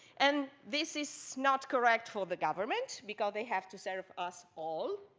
and this is not correct for the government, because they have to serve us all,